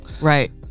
Right